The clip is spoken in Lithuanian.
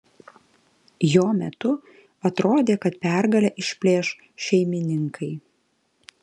jo metu atrodė kad pergalę išplėš šeimininkai